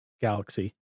Galaxy